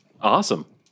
Awesome